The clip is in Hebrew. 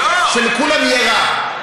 שלכולם יהיה רע.